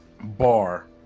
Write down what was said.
Bar